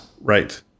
Right